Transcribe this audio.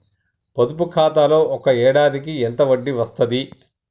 పొదుపు ఖాతాలో ఒక ఏడాదికి ఎంత వడ్డీ వస్తది?